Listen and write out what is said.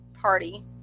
party